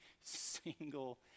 single